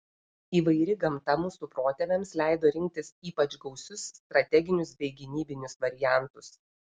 įvairi gamta mūsų protėviams leido rinktis ypač gausius strateginius bei gynybinius variantus